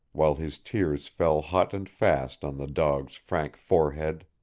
while his tears fell hot and fast on the dog's frank forehead.